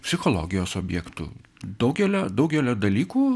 psichologijos objektu daugelio daugelio dalykų